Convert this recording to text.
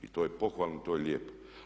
I to je pohvalno, to je lijepo.